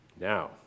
Now